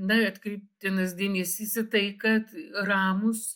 na atkreiptinas dėmesys į tai kad ramūs